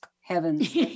Heavens